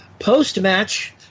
Post-match